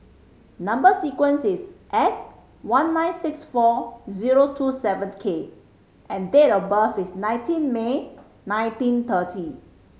number sequence is S one nine six four zero two seven K and date of birth is nineteen May nineteen thirty